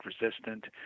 resistant